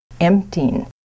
emptying